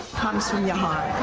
comes from your heart.